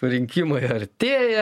rinkimai artėja